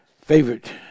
favorite